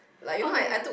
okay